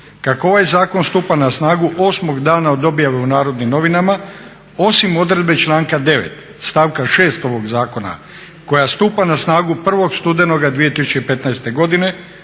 kako ovaj zakon stupa na snagu 8.-og dana od objave u Narodnim novinama osim odredbe članka 9. stavka 6. ovog zakona koja stupa na snagu 1. studenoga 2015. godine